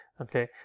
okay